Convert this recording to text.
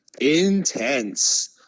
intense